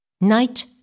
Night